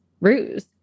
ruse